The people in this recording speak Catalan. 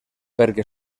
perquè